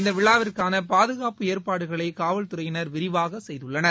இந்த விழாவிற்கான பாதுகாப்பு ஏற்பாடுகளை காவல்துறையினர் விரிவாக செய்துள்ளனர்